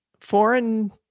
foreign